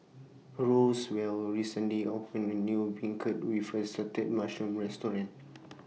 Roswell recently opened A New Beancurd with Assorted Mushrooms Restaurant